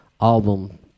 album